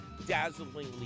dazzlingly